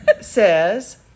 says